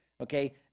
okay